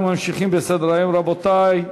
אנחנו ממשיכים בסדר-היום, רבותי.